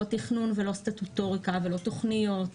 לא תכנון ולא סטטוטוריקה ולא תוכניות.